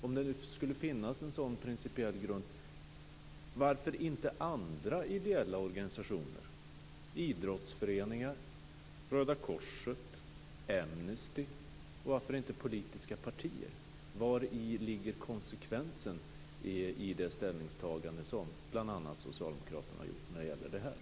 Om det skulle finnas en sådan principiell grund, varför inte åt andra ideella organisationer som idrottsföreningar, Röda korset, Amnesty och varför inte politiska partier? Vari ligger konsekvensen i det ställningstagande som bl.a. socialdemokraterna har gjort i detta?